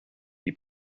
die